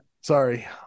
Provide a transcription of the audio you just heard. Sorry